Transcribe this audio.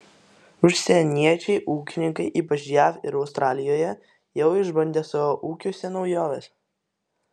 užsieniečiai ūkininkai ypač jav ir australijoje jau išbandė savo ūkiuose naujoves